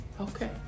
Okay